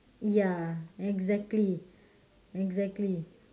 ya exactly exactly